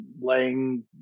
laying